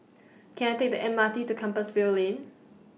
Can I Take The M R T to Compassvale Lane